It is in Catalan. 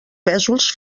pèsols